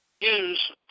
use